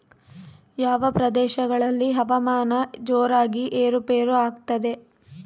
ಯಾವ ಪ್ರದೇಶಗಳಲ್ಲಿ ಹವಾಮಾನ ಜೋರಾಗಿ ಏರು ಪೇರು ಆಗ್ತದೆ?